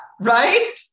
Right